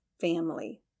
family